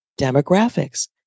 demographics